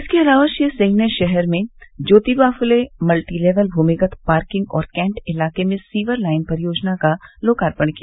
इसके अलावा श्री सिंह ने शहर में ज्योतिबाफूले मल्टीलेवल भूमिगत पार्किंग और कैन्ट इलाके में सीवर लाइन परियोजना का लोकार्पण किया